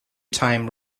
time